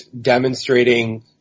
demonstrating